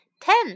ten